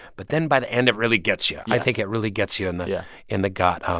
but then by the end, it really gets you. i think it really gets you in the yeah in the gut. um